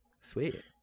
Sweet